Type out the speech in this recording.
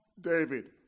David